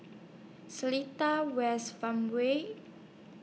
Seletar West Farmway